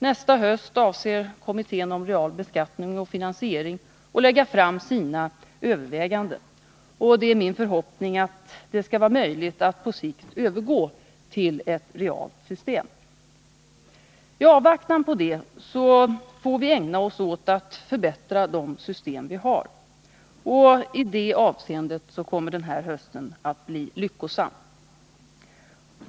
Nästa höst avser kommittén för real beskattning och finansiering att lägga fram sina överväganden. Det är min förhoppning att det skall vara möjligt att på sikt övergå till ett realt system. I avvaktan på det får vi ägna oss åt att förbättra de system som vi har. I det avseendet kommer denna höst att bli lyckosam.